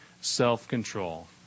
self-control